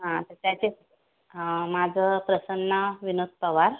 हां तर त्याचे हां माझं प्रसन्ना विनोद पवार